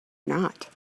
not